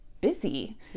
busy